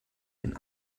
den